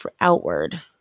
outward